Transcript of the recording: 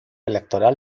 electoral